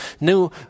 new